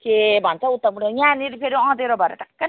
के भन्छ उताबाट यहाँनेरि फेरि अध्याँरो भएर